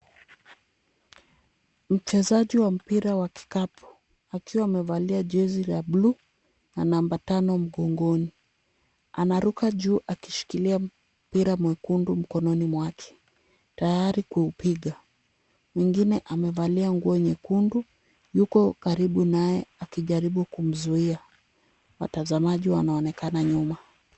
Mchezaji wa mpira wa kikapu akiwa amevalia jezi la buluu na namba 5 mgongoni. Anaruka juu akishikilia mpira mwekundu mkononi mwake tayari kuupiga. Mwingine amevalia nguo nyekundu yuko karibu naye akijaribu kumzuia. Watazamaji wanaonekana nyuma.